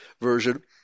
version